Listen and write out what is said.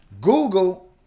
Google